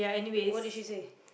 what did she say